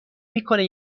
میکنه